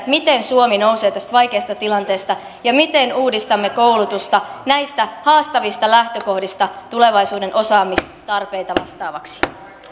miten suomi nousee tästä vaikeasta tilanteesta ja miten uudistamme koulutusta näistä haastavista lähtökohdista tulevaisuuden osaamistarpeita vastaavaksi